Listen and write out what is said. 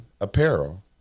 Apparel